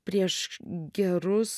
prieš gerus